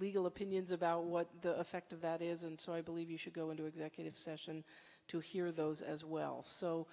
legal opinions about what the effect of that is and so i believe you should go into executive session to hear those as well so